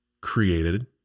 created